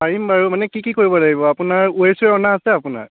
পাৰিম বাৰু মানে কি কি কৰিব লাগিব আপোনাৰ ওৱেৰ চুৱেৰ অনা আছে আপোনাৰ